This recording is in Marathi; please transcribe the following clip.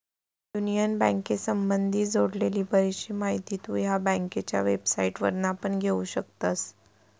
युनियन बँकेसंबधी जोडलेली बरीचशी माहिती तु ह्या बँकेच्या वेबसाईटवरना पण घेउ शकतस